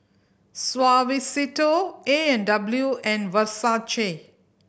Suavecito A and W and Versace